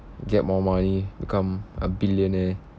get more money become a billionaire